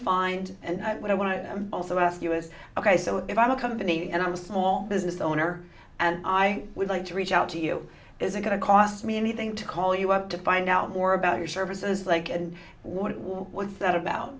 and what i want to also ask you is ok so if i'm a company and i'm just all business owner and i would like to reach out to you is it going to cost me anything to call you up to find out more about your services like and what was that about